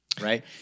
right